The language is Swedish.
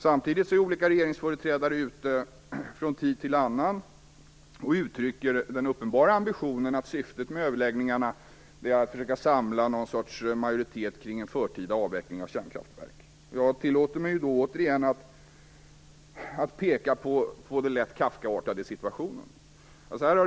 Samtidigt är olika regeringsföreträdare från tid till annan ute och uttrycker den uppenbara ambitionen att syftet med överläggningarna är att försöka samla någon sorts majoritet kring en förtida avveckling av kärnkraftverk. Jag tillåter mig återigen att peka på det lätt Kafkaartade i situationen.